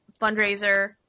fundraiser